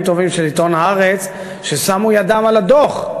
טובים של עיתון "הארץ" ששמו ידם על הדוח.